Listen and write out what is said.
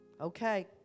Okay